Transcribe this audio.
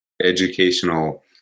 educational